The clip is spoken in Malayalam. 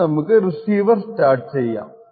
ഇനി നമുക്ക് റിസീവർ സ്റ്റാർട്ട് ചെയ്യാം